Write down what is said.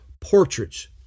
portraits